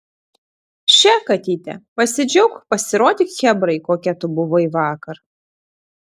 še katyte pasidžiauk pasirodyk chebrai kokia tu buvai vakar